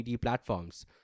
platforms